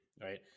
right